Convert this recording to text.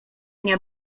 nie